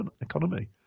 economy